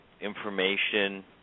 information